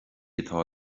atá